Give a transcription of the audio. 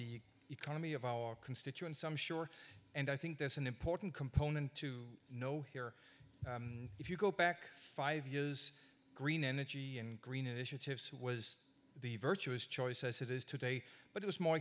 the economy of our constituents i'm sure and i think there's an important component to know here if you go back five years green energy and green initiatives who was the virtuous choice as it is today but it was more